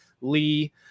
Lee